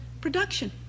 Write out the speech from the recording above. production